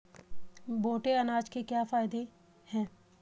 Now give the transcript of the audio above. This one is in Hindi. मोटे अनाज के क्या क्या फायदे हैं?